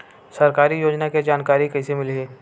सरकारी योजना के जानकारी कइसे मिलही?